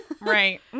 right